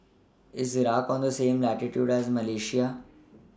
IS Iraq on The same latitude as Malaysia